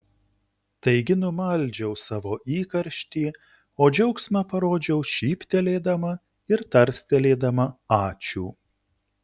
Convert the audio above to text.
taigi numaldžiau savo įkarštį o džiaugsmą parodžiau šyptelėdama ir tarstelėdama ačiū